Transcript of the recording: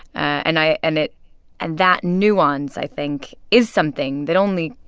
and i and it and that nuance i think is something that only